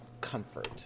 comfort